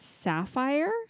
Sapphire